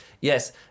yes